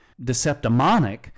deceptimonic